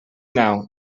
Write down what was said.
now